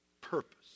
purpose